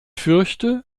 fürchte